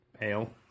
ale